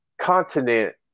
continent